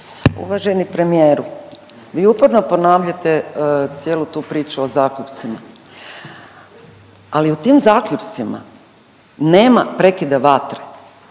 Uvaženi premijeru, vi uporno ponavljate cijelu tu priču o zaključcima, ali u tim zaključcima nema prekida vatre.